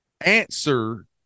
answer